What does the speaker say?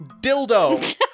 dildo